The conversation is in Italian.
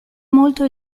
molto